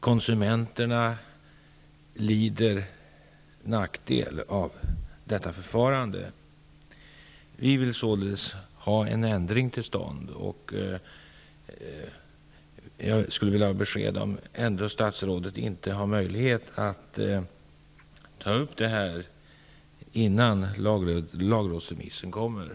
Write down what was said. Konsumenterna har nackdel av detta förfarande. Vi vill således få en ändring till stånd. Jag skulle vilja få besked om statsrådet har möjlighet att ta upp denna fråga innan lagrådsremissen läggs fram.